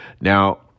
Now